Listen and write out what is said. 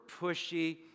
pushy